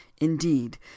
indeed